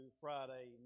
Friday